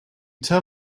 tell